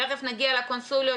תיכף נגיע לקונסוליות,